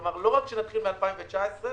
כלומר לא רק שנתחיל מתקציב 2019,